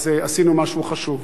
אז עשינו משהו חשוב.